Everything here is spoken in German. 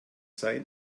sein